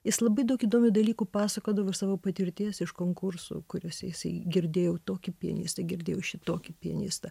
jis labai daug įdomių dalykų pasakodavo iš savo patirties iš konkursų kuriuose jisai girdėjau tokį pianistą girdėjau šitokį pianistą